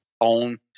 own